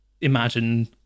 imagine